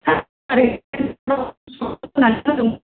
दा माने स्कुलाव फोरमायनाय जादों